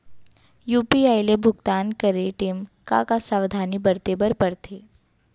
UPI ले भुगतान करे टेम का का सावधानी बरते बर परथे